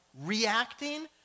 reacting